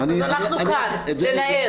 אנחנו כאן, ננער.